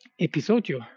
episodio